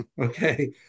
Okay